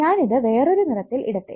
ഞാൻ ഇത് വേറൊരു നിറത്തിൽ ഇടട്ടെ